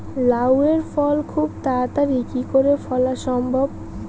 লাউ এর ফল খুব তাড়াতাড়ি কি করে ফলা সম্ভব?